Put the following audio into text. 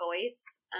voice